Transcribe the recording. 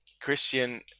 Christian